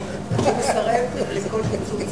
זאת תהיה הרפורמה